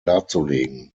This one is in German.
darzulegen